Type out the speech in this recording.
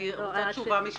אני רוצה תשובה משניכם.